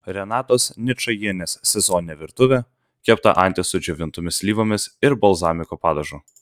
renatos ničajienės sezoninė virtuvė kepta antis su džiovintomis slyvomis ir balzamiko padažu